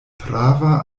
prava